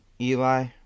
Eli